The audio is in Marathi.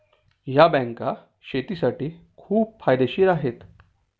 या बँका शेतीसाठी खूप फायदेशीर आहेत